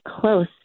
close